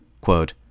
Quote